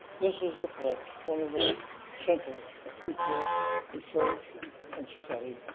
this is the place, one of those centers of future research and study,